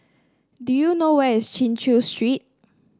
do you know where is Chin Chew Street